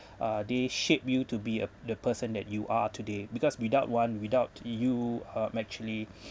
uh they shape you to be a the person that you are today because without one without you uh actually